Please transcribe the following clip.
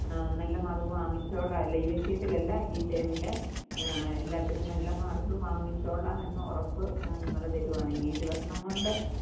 നല്ല മാർക്ക് വാങ്ങിച്ചോളാം അല്ല ഈ വിഷയത്തിലല്ല ഈ ടേമിൽ എല്ലാത്തിനും നല്ല മാർക്ക് വാങ്ങിച്ചോളാം എന്ന ഉറപ്പ് നിങ്ങൾ തരുവാണെങ്കിൽ ഈ ദിവസം കൊണ്ട്